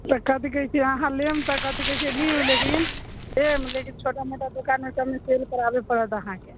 तऽ कथी कहैत छियै अहाँ लेम तऽ कथी कहैत छै लिउ लेकिन लेम लेकिन छोटा मोटा दुकानमे सभमे सेल कराबे पड़त अहाँकेँ